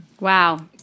Wow